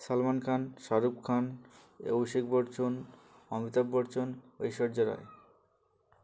Salman Khan Shahrukh Khan Abhishek Bachchan Amitabh Bachchan Aishwarya Roy